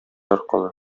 аркылы